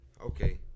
Okay